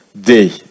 day